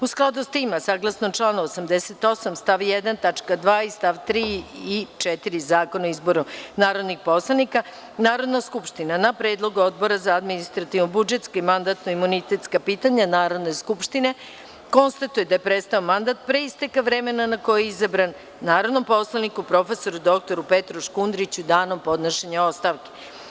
U skladu s tim, a saglasno članu 88. stav 1. tačka 2. i stav 3. i stav 4. Zakona o izboru narodnih poslanika, Narodna skupština, na predlog Odbora za administrativno-budžetska i mandatno-imunitetska pitanja Narodne skupštine, konstatuje da je prestao mandat, pre isteka vremena na koje je izabran, narodnom poslaniku prof. dr Petru Škundriću, danom podnošenja ostavke.